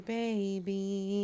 baby